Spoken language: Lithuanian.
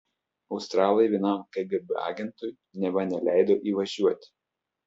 australai vienam kgb agentui neva neleido įvažiuoti